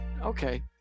Okay